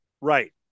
Right